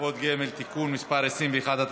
(קופות גמל) (תיקון מס' 21),